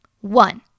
One